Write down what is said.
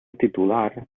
titular